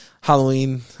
Halloween